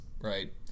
right